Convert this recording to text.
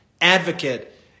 advocate